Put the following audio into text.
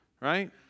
Right